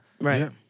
right